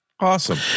Awesome